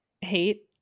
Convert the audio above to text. hate